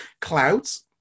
Clouds